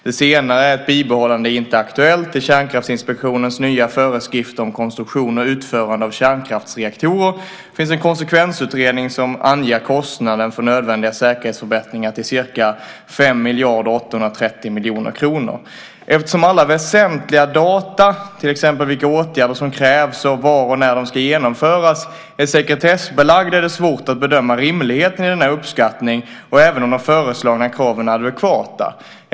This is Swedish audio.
Det senare är inte aktuellt i Kärnkraftsinspektionens nya föreskrift om konstruktion och utförande av kärnkraftsreaktorer. Det finns en konsekvensutredning som anger kostnaden för nödvändiga säkerhetsförbättringar till ca 5,83 miljarder kronor. Eftersom alla väsentliga data är sekretessbelagda, till exempel vilka åtgärder som krävs och var och när de ska genomföras, är det svårt att bedöma rimligheten i denna uppskattning, även om de föreslagna kraven är adekvata.